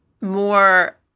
more